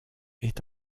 est